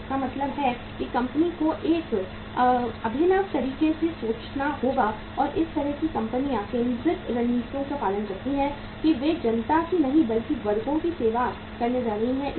तो इसका मतलब है कि कंपनी को एक अभिनव तरीके से सोचना होगा और इस तरह की कंपनियां केंद्रित रणनीतियों का पालन करती हैं कि वे जनता की नहीं बल्कि वर्गों की सेवा करने जा रही हैं